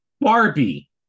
Barbie